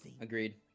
agreed